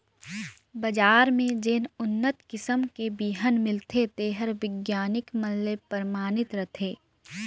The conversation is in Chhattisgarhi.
बजार में जेन उन्नत किसम के बिहन मिलथे तेहर बिग्यानिक मन ले परमानित रथे